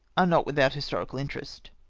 are not without historical interest.